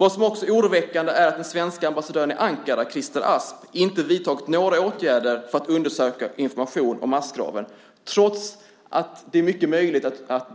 Vad som också är oroväckande är att den svenske ambassadören i Ankara, Christer Asp, inte vidtagit några åtgärder för att undersöka information om massgraven trots att det är mycket möjligt att